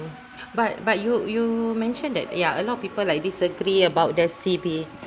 but but you you mentioned that ya a lot of people like disagree about the C_B